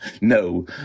No